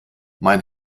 mein